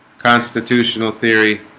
constitutional theory